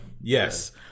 yes